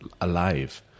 alive